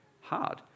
hard